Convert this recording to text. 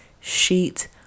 sheet